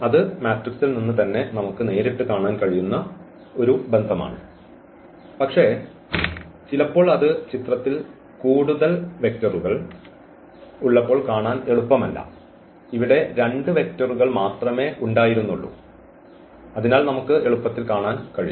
അത് മാട്രിക്സിൽ നിന്ന് തന്നെ നമുക്ക് നേരിട്ട് കാണാൻ കഴിയുന്ന ഒരു ബന്ധമാണ് പക്ഷേ ചിലപ്പോൾ അത് ചിത്രത്തിൽ കൂടുതൽ വെക്റ്ററുകൾ ഉള്ളപ്പോൾ കാണാൻ എളുപ്പമല്ല ഇവിടെ രണ്ട് വെക്റ്ററുകൾ മാത്രമേ ഉണ്ടായിരുന്നുള്ളൂ അതിനാൽ നമുക്ക് എളുപ്പത്തിൽ കാണാൻ കഴിയും